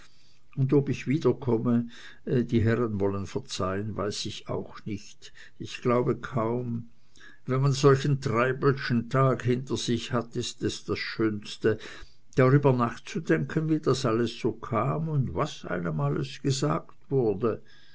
und ob ich wiederkomme die herren wollen verzeihen weiß ich auch nicht ich glaube kaum wenn man solchen treibelschen tag hinter sich hat ist es das schönste darüber nachzudenken wie das alles so kam und was einem alles gesagt wurde